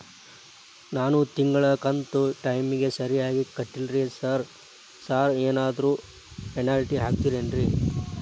ನಾನು ತಿಂಗ್ಳ ಕಂತ್ ಟೈಮಿಗ್ ಸರಿಗೆ ಕಟ್ಟಿಲ್ರಿ ಸಾರ್ ಏನಾದ್ರು ಪೆನಾಲ್ಟಿ ಹಾಕ್ತಿರೆನ್ರಿ?